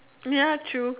ya true